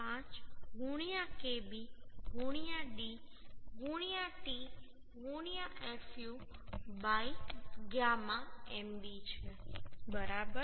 5 kb d t fu γ mb છે બરાબર